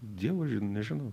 dievaži nežinau